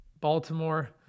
Baltimore